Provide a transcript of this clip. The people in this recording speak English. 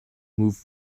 moved